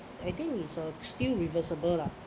I think is a still reversible lah